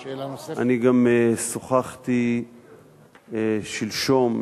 אני גם שוחחתי שלשום,